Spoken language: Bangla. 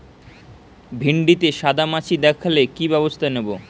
ভিন্ডিতে সাদা মাছি দেখালে কি ব্যবস্থা নেবো?